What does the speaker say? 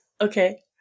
Okay